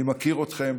אני מכיר אתכם,